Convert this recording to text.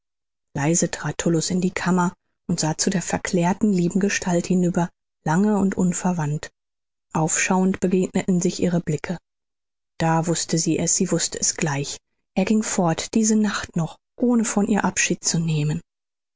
leise trat tullus in die kammer und sah zu der verklärten lieben gestalt hinüber lange und unverwandt aufschauend begegneten sich ihre blicke da wußte sie es sie wußte es gleich er ging fort diese nacht noch ohne von ihr abschied zu nehmen